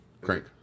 Crank